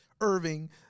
Irving